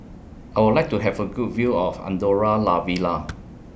I Would like to Have A Good View of Andorra La Vella